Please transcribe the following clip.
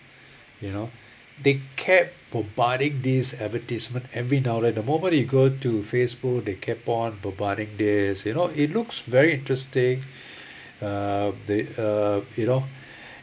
you know they kept bombarding this advertisement every the moment you go to facebook they kept on bombarding this you know it looks very interesting uh they uh you know